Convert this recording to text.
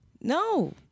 no